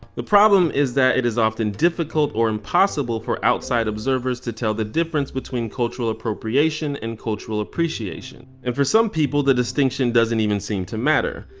the problem is that it is often difficult or impossible for outside observers to tell the difference between cultural appropriation and cultural appreciation. and for some people the distinction doesn't even seem to matter.